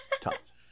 tough